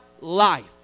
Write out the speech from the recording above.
life